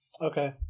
Okay